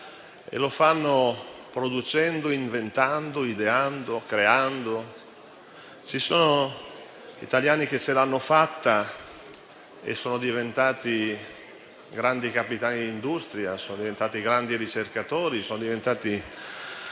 e lo fanno producendo, inventando, ideando, creando. Ci sono italiani che ce l'hanno fatta e che sono diventati grandi capitani di industria, grandi ricercatori, legislatori,